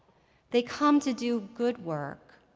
they come to do good work.